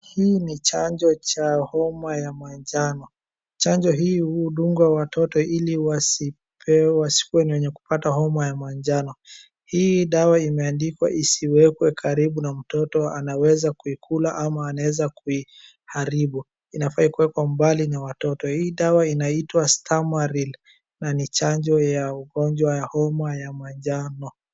Hii ni chanjo cha homa ya manjano. Chanjo hii hudungwa watoto ili wasipewe wasikue wenye kupata homa ya manjano. Hii dawa imeandikwa isiwekwe karibu na mtoto anaweza kuikula ama anaweza kuiharibu. Inafaa kuwekwa mbali na watoto. Hii dawa inaitwa stamaril na ni chanjo ya ugonjwa ya homa ya manjano.